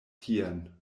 tien